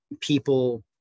people